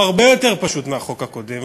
הוא הרבה יותר פשוט מהחוק הקודם,